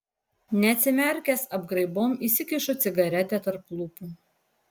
neatsimerkęs apgraibom įsikišu cigaretę tarp lūpų